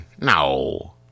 No